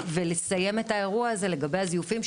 ולסיים את האירוע הזה לגבי הזיופים,